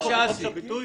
הביטוי?